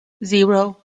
zero